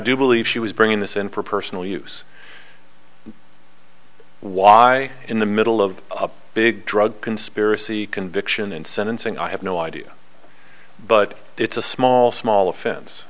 do believe she was bringing this in for personal use why in the middle of a big drug conspiracy conviction in sentencing i have no idea but it's a small small offen